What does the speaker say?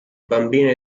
bambini